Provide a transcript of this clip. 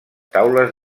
taules